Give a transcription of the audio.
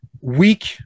weak